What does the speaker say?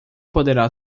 poderá